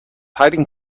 hiding